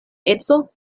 edzo